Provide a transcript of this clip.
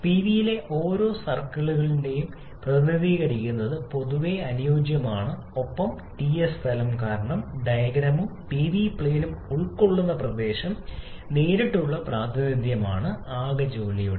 പിവിയിലെ ഓരോ സർക്കിളുകളെയും പ്രതിനിധീകരിക്കുന്നതിന് പൊതുവെ അനുയോജ്യമാണ് ഒപ്പം Ts തലം കാരണം ഡയഗ്രാമും പിവി പ്ലെയിനും ഉൾക്കൊള്ളുന്ന പ്രദേശം നേരിട്ടുള്ള പ്രാതിനിധ്യമാണ് ആകെ ജോലിയുടെ